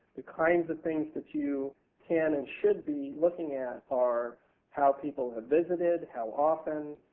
the kinds of things that you can and should be looking at are how people have visited, how often,